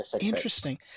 interesting